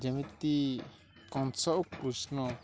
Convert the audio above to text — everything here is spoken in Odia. ଯେମିତି କଂସ କୃଷ୍ଣ